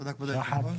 תודה כבוד היושב-ראש,